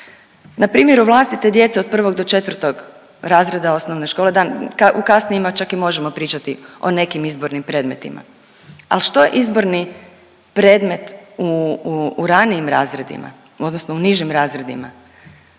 Na primjeru vlastite djece od 1 do 4 razreda osnovne škole, u kasnijima čak i možemo pričati o nekim izbornim predmetima. Ali što je izborni predmet u ranijim razredima odnosno u nižim razredima?